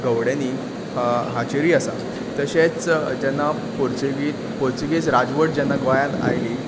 गवळणी हाचेरय आसा तशेंच जेन्ना पोर्तुगीज पोर्तुगीज राजवट जेन्ना गोंयांत आयली